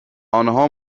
آنها